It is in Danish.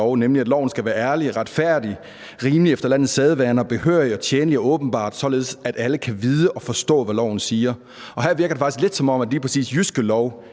nemlig at loven skal være ærlig, retfærdig, rimelig, efter landets sædvaner, behørig og tjenlig og åbenbar, således at alle kan vide og forstå, hvad loven siger, og her virker det faktisk lidt, som om